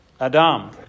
Adam